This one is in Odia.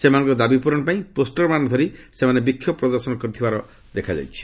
ସେମାନଙ୍କର ଦାବି ପୂରଣ ପାଇଁ ପୋଷ୍ଟରମାନ ଧରି ବିକ୍ଷୋଭ ପ୍ରଦର୍ଶନ କରୁଥିବା ଦେଖାଯାଇଛି